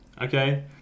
Okay